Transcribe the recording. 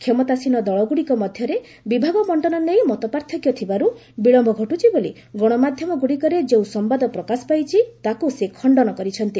କ୍ଷମତାସୀନ ଦଳଗୁଡ଼ିକ ମଧ୍ୟରେ ବିଭାଗ ବଙ୍କନ ନେଇ ମତପାର୍ଥକ୍ୟ ଥିବାରୁ ବିଳମ୍ବ ଘଟୁଛି ବୋଲି ଗଣମାଧ୍ୟମଗୁଡ଼ିକରେ ଯେଉଁ ସମ୍ଭାଦ ପ୍ରକାଶ ପାଇଛି ତାକୁ ସେ ଖଶ୍ତନ କରିଛନ୍ତି